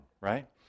right